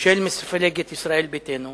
של מפלגת ישראל ביתנו